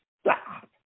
Stop